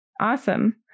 Awesome